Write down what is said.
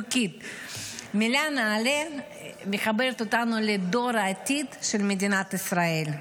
המילה נעלה מחברת אותנו לדור העתיד של מדינת ישראל,